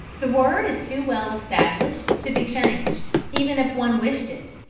the word is too well established to be changed, even if one wished it.